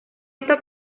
esto